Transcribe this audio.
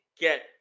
get